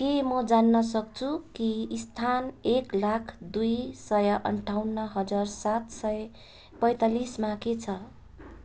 के म जान्न सक्छु कि स्थान एक लाख दुई सय अन्ठाउन्न हजार सात सय पैँतालिसमा के छ